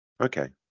Okay